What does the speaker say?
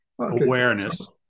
awareness